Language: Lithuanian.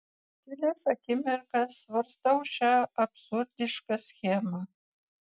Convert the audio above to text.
kelias akimirkas svarstau šią absurdišką schemą